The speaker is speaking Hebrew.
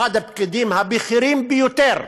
אחד הפקידים הבכירים ביותר,